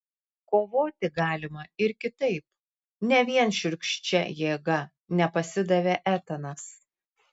kovoti galima ir kitaip ne vien šiurkščia jėga nepasidavė etanas